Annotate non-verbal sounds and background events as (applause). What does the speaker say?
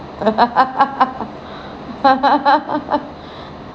(laughs)